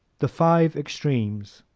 the five extremes